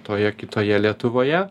toje kitoje lietuvoje